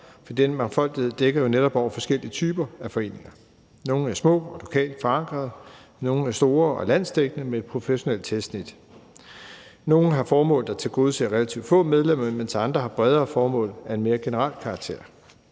for denne mangfoldighed dækker jo netop over forskellige typer af foreninger. Nogle er små og lokalt forankrede, nogle er store og landsdækkende med et professionelt tilsnit, nogle har formål, der tilgodeser relativt få medlemmer, mens andre har bredere formål af en mere generel karakter.